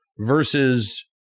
versus